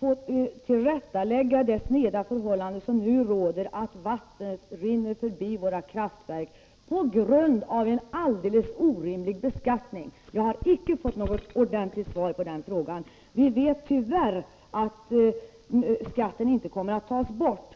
för att tillrättalägga det missförhållande som nu råder, nämligen att vatten rinner förbi våra kraftverk på grund av en alldeles orimlig beskattning. Jag har icke fått något ordentligt svar på den frågan. Det vi nu vet är att skatten tyvärr inte kommer att tas bort.